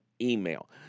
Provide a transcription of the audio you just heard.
email